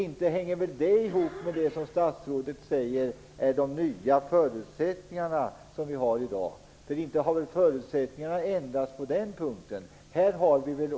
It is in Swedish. Det hänger inte ihop med det som statsrådet säger om de nya förutsättningar som vi har i dag. Inte har väl förutsättningarna ändrats på den punkten?